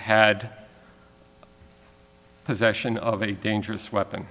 had possession of a dangerous weapon